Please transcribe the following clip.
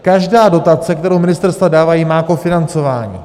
Každá dotace, kterou ministerstva dávají, má kofinancování.